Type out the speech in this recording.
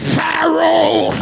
Pharaoh